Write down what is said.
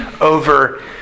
over